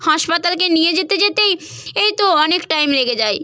হাসপাতালে নিয়ে যেতে যেতেই এই তো অনেক টাইম লেগে যায়